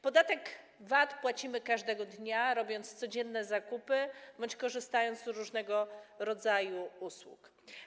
Podatek VAT płacimy każdego dnia, robiąc codzienne zakupy bądź korzystając z różnego rodzaju usług.